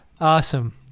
Awesome